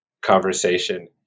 conversation